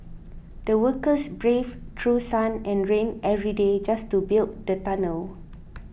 the workers braved through sun and rain every day just to build the tunnel